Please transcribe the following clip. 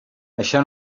això